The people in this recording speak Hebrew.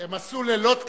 הם עשו לילות כימים.